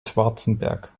schwarzenberg